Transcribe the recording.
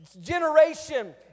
generation